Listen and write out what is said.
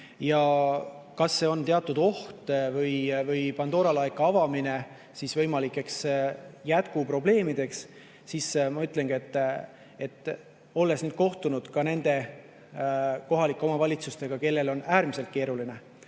Kas see on teatud oht ehk Pandora laeka avamine võimalikele jätkuprobleemidele? Ma ütlengi, olles kohtunud ka nende kohalike omavalitsustega, kellel on äärmiselt keeruline,